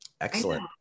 Excellent